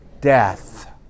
Death